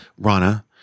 Rana